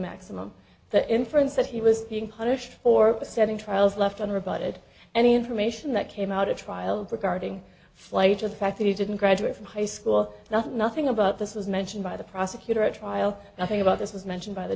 maximum the inference that he was being punished for setting trials left and rebutted any information that came out at trial regarding flight or the fact that he didn't graduate from high school nothing nothing about this was mentioned by the prosecutor at trial nothing about this was mentioned by the